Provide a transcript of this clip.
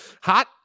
Hot